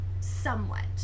somewhat